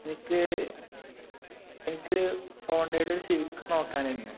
എനിക്ക് എനിക്ക് ഹോണ്ടയുടെ ഒരു സിവിക്ക് നോക്കാനായിരുന്നു